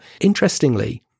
Interestingly